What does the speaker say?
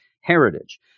heritage